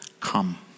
come